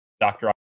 Dr